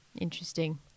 interesting